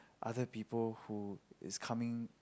other people who is coming